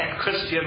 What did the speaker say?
Christian